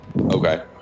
okay